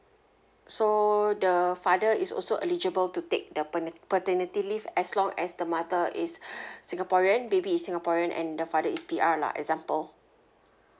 so the father is also eligible to take the paternity leave as long as the mother is singaporean baby is singaporean and the father is P_R lah example